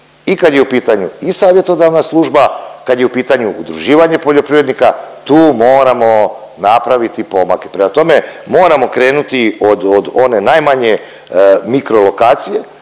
i kad je u pitanju i savjetodavna služba, kad je u pitanju udruživanje poljoprivrednika tu moramo napraviti pomake. Prema tome, moramo krenuti od one najmanje mikrolokacije